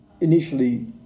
initially